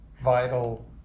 vital